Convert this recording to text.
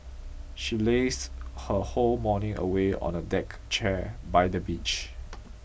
she lazed her whole morning away on a deck chair by the beach